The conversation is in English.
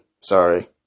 Sorry